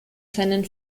seinen